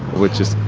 which is,